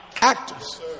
actors